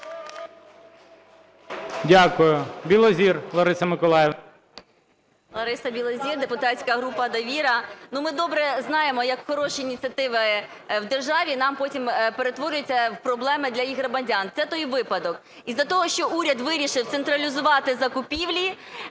Дякую. Білозір Лариса Миколаївна.